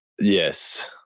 Yes